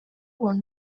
one